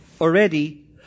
already